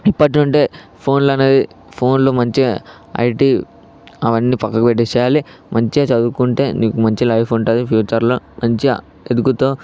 ఇప్పటి నుండే ఫోన్లనేది ఫోన్లు మంచిగా అయిటి అవన్నీ పక్కకు పెట్టేసేయాలి మంచిగా చదువుకుంటే నీకు మంచిగా లైఫ్ ఉంటుంది ఫ్యూచర్లో మంచిగా ఎదుగుతావు